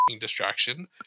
distraction